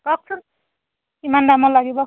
কওকচোন কিমান দামৰ লাগিব